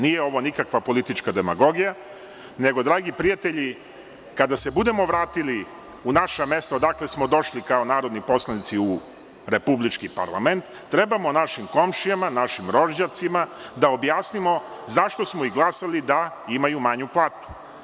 Nije ovo nikakva politička demagogija nego, dragi prijatelji, kada se budemo vratili u naša mesta odakle smo došli kao narodni poslanici u republički parlament, trebamo našim komšijama, našim rođacima, da objasnimo zašto smo izglasali da imaju manju platu?